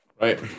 Right